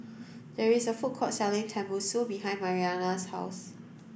there is a food court selling Tenmusu behind Mariana's house